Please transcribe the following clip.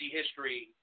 history